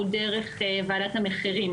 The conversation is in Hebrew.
הוא דרך ועדת המחירים.